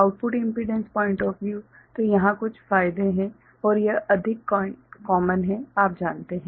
output impedance point of view तो यहाँ कुछ फायदे हैं और यह अधिक कॉमन है आप जानते हैं